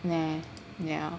no no